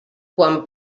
quan